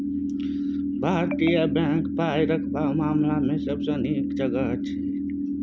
भारतीय बैंक पाय रखबाक मामला मे सबसँ नीक जगह छै